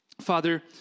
Father